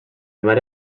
mare